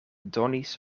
donis